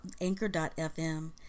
anchor.fm